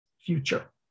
future